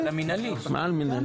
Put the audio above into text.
זה על זה.